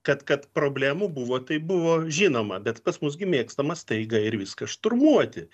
kad kad problemų buvo tai buvo žinoma bet pas mus gi mėgstama staiga ir viską šturmuoti